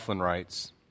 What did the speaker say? writes